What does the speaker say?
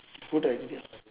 good idea